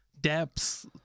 Depths